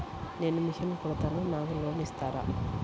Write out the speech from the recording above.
నేను మిషన్ కుడతాను నాకు లోన్ ఇస్తారా?